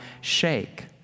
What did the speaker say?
shake